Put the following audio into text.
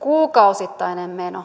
kuukausittainen meno